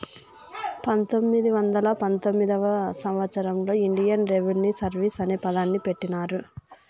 పంతొమ్మిది వందల పంతొమ్మిదివ సంవచ్చరంలో ఇండియన్ రెవిన్యూ సర్వీస్ అనే దాన్ని పెట్టినారు